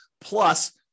plus